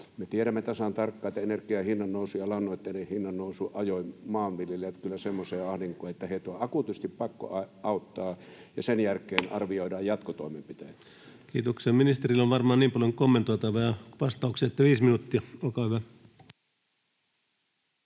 me tiedämme tasan tarkkaan, että energian hinnan nousu ja lannoitteiden hinnan nousu ajoi maanviljelijät kyllä semmoiseen ahdinkoon, että heitä on akuutisti pakko auttaa, ja sen jälkeen arvioidaan jatkotoimenpiteet. Kiitoksia. — Ministerillä on varmaan niin paljon kommentoitavaa ja vastauksia, että viisi minuuttia, olkaa hyvä.